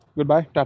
Goodbye